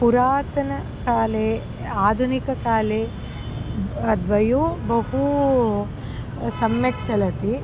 पुरातनकाले आधुनिककाले द्वयोः बहु सम्यक् चलति